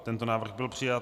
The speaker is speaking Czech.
Tento návrh byl přijat.